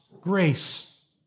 grace